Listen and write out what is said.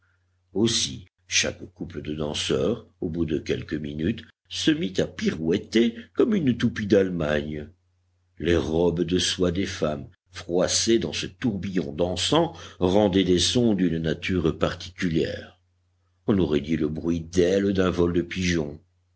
aussi chaque couple de danseurs au bout de quelques minutes se mit à pirouetter comme une toupie d'allemagne les robes de soie des femmes froissées dans ce tourbillon dansant rendaient des sons d'une nature particulière on aurait dit le bruit d'ailes d'un vol de pigeons